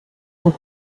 sont